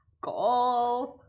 golf